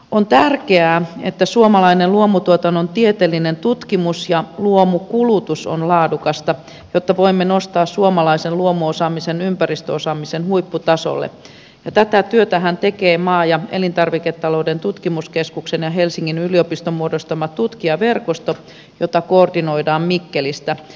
on tärkeää että suomalainen luomutuotannon tieteellinen tutkimus ja luomukulutus ovat laadukasta jotta voimme nostaa suomalaisen luomuosaamisen ympäristöosaamisen huipputasolle ja tätä työtähän tekee maa ja elintarviketalouden tutkimuskeskuksen ja helsingin yliopiston muodostama tutkijaverkosto jota koordinoidaan mikkelistä